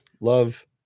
love